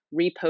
repost